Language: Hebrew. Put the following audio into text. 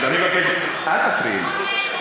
אז אני מבקש: אל תפריעי לי.